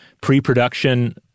pre-production